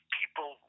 people